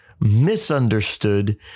misunderstood